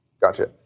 Gotcha